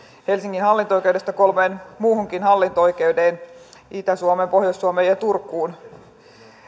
helsingin hallinto oikeudesta kolmeen muuhunkin hallinto oikeuteen itä suomeen pohjois suomeen ja turkuun